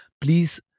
please